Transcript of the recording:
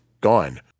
Gone